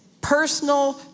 personal